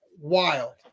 wild